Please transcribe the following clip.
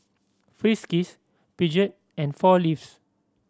Friskies Peugeot and Four Leaves